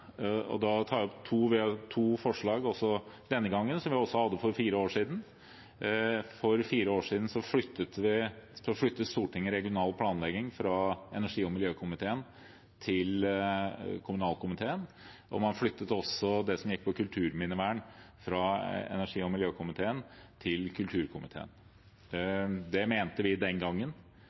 to forslag denne gangen, som vi også hadde for fire år siden. For fire år siden flyttet Stortinget regional planlegging fra energi- og miljøkomiteen til kommunalkomiteen. Man flyttet også det som gikk på kulturminnevern fra energi- og miljøkomiteen til kulturkomiteen. Det mente vi den gangen